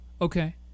okay